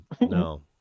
No